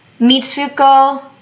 Mitsuko